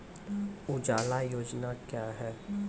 उजाला योजना क्या हैं?